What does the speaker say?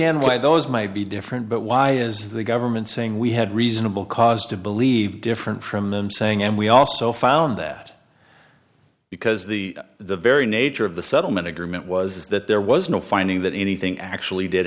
understand why those might be different but why is the government saying we had reasonable cause to believe different from them saying and we also found that because the the very nature of the settlement agreement was that there was no finding that anything actually did